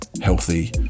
healthy